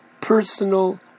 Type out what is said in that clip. personal